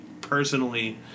personally